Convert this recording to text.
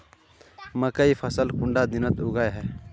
मकई फसल कुंडा दिनोत उगैहे?